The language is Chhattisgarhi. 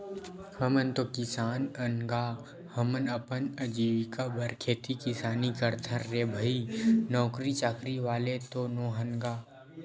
हमन तो किसान अन गा, हमन अपन अजीविका बर खेती किसानी करथन रे भई नौकरी चाकरी वाले तो नोहन गा